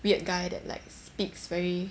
weird guy that like speaks very